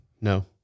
no